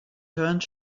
turned